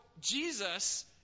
Jesus